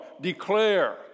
Declare